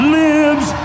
lives